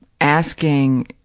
asking